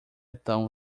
tão